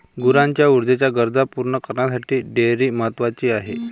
गुरांच्या ऊर्जेच्या गरजा पूर्ण करण्यासाठी डेअरी महत्वाची आहे